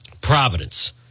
Providence